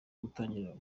gutangira